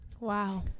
wow